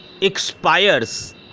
expires